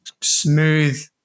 smooth